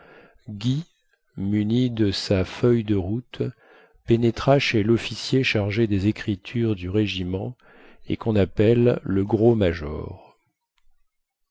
guy muni de sa feuille de route pénétra chez lofficier chargé des écritures du régiment et quon appelle le gros major